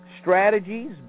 strategies